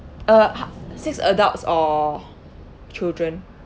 uh six adults or children